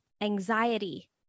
anxiety